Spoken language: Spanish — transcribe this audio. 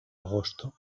agosto